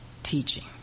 teaching